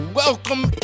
welcome